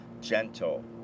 gentle